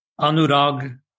anurag